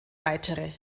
weitere